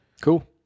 Cool